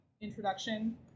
introduction